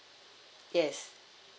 yes